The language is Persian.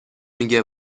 میگه